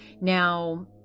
Now